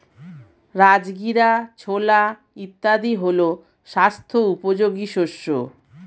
রাজগীরা, ছোলা ইত্যাদি হল স্বাস্থ্য উপযোগী শস্য